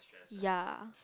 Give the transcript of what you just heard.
ya